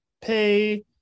pay